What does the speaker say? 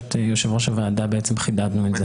לבקשת יושב ראש הוועדה חידדנו את זה.